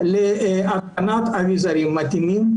להתקנת אביזרים מתאימים,